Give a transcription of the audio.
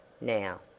now!